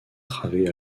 travées